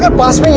um lost!